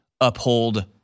uphold